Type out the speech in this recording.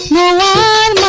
la la